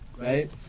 Right